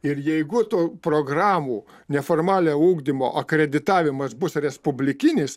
ir jeigu tų programų neformaliojo ugdymo akreditavimas bus respublikinis